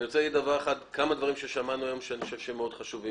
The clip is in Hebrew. אני רוצה לומר כמה דברים ששמענו היום שאני חושב שהם מאוד חשובים.